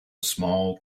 small